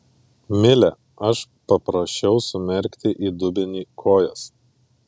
mile aš paprašiau sumerkti į dubenį kojas